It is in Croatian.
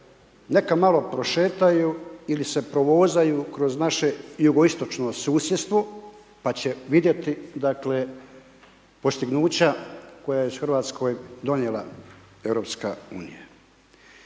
neka malo prošetaju ili se provozaju kroz naše jugoistočno susjedstvo pa će vidjeti dakle postignuća koja je Hrvatskoj donijela EU. Dakle, ja